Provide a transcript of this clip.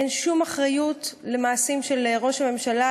אין שום אחריות למעשים של ראש הממשלה,